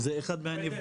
זה אחד הנפגעים.